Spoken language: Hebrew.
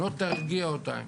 אם לא תרגיע אותה,